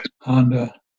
Honda